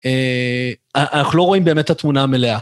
אנחנו לא רואים באמת את התמונה המלאה.